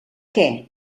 què